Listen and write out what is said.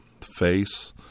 face